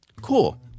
cool